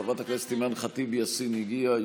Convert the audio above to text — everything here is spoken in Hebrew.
חברת הכנסת אימאן ח'טיב יאסין הגיעה,